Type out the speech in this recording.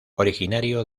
originario